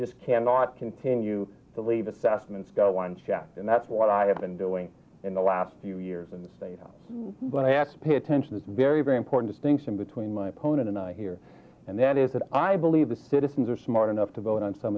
just cannot continue to leave assessments got one checked and that's what i have been doing in the last few years in the state when i have to pay attention it's very very important distinction between my opponent and i here and that is that i believe the citizens are smart enough to vote on some